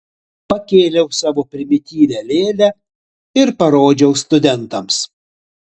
pakėliau savo primityvią lėlę ir parodžiau studentams